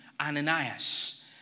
Ananias